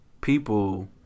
people